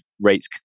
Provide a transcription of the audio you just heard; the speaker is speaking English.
rates